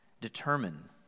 determine